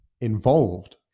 involved